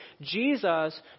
Jesus